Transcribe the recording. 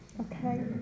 Okay